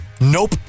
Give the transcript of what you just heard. nope